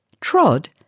Trod